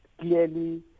clearly